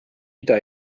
ida